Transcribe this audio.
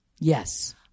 Yes